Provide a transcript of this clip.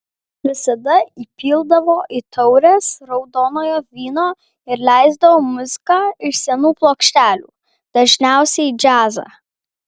visada įpildavo į taures raudonojo vyno ir leisdavo muziką iš senų plokštelių dažniausiai džiazą